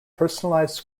personalized